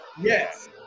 Yes